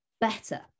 better